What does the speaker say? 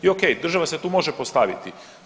I ok, država se tu može postaviti.